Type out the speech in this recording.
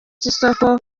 cy’isoko